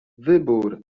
wybór